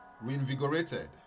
reinvigorated